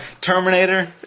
Terminator